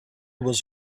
was